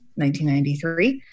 1993